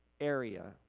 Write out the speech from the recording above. area